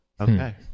okay